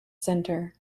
center